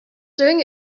doing